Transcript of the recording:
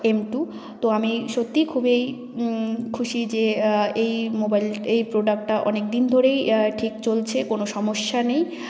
M two তো আমি সত্যিই খুবই খুশি যে এই মোবাইল এই প্রোডাক্টটা অনেকদিন ধরেই ঠিক চলছে কোনও সমস্যা নেই